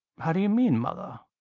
how do you mean mother?